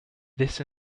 this